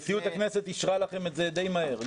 נשיאות הכנסת אישרה לכם את זה די מהר,